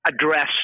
address